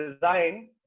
design